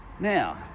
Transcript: Now